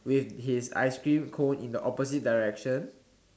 with his ice cream cone in the opposite direction